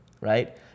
right